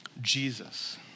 Jesus